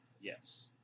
Yes